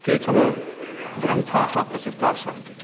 केचन ग्रन्थाः प्रसिद्धास्सन्ति